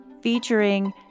featuring